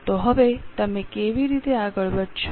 તો હવે તમે કેવી રીતે આગળ વધશો